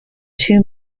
two